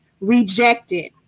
rejected